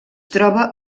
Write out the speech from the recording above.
troba